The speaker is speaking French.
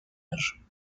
âge